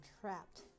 trapped